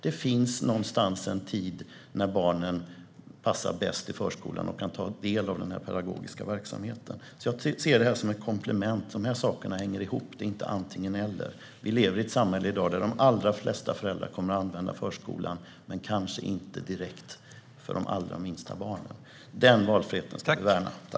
Det finns någonstans en tid då barnen passar bäst i förskolan och kan ta del av den pedagogiska verksamheten. Jag ser alltså det här som ett komplement. De här sakerna hänger ihop; det är inte antingen eller. Vi lever i dag i ett samhälle där de allra flesta föräldrar kommer att använda förskolan men kanske inte direkt för de allra minsta barnen. Den valfriheten ska vi värna.